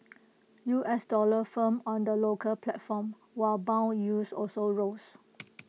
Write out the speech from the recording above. U S dollar firmed on the local platform while Bond yields also rose